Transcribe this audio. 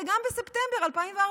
וגם בספטמבר 2014,